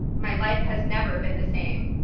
my life has never been the same.